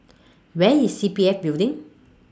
Where IS C P F Building